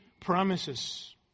promises